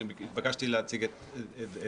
אני התבקשתי להציג את דבריה.